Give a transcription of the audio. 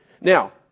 Now